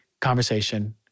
conversation